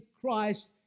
Christ